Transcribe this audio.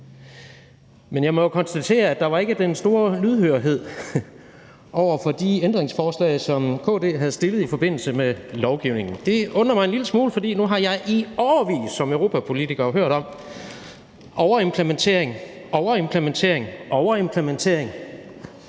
Men jeg må jo konstatere, at der ikke var den store lydhørhed over for de ændringsforslag, som KD har stillet i forbindelse med lovforslaget. Det undrer mig en lille smule, for nu har jeg i årevis som europapolitiker hørt om overimplementering, overimplementering og overimplementering,